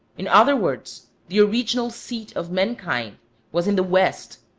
in other words, the original seat of mankind was in the west,